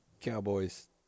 Cowboys